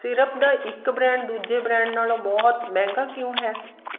syrup ਦਾ ਇੱਕ brand ਦੂਜੇ ਬ੍ਰੈਂਡ ਨਾਲੋਂ ਬਹੁਤ ਮਹਿੰਗਾ ਕਿਉਂ ਹੈ